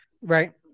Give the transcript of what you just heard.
Right